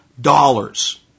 dollars